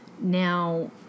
Now